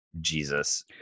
Jesus